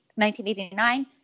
1989